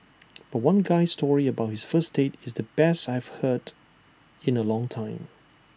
but one guy's story about his first date is the best I've heard in A long time